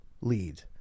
lead